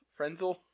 Frenzel